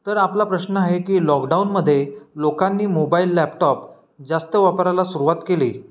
तर आपला प्रश्न आहे की लॉकडाऊनमध्ये लोकांनी मोबाईल लॅपटॉप जास्त वापरायला सुरुवात केली